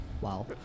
Wow